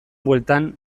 bueltan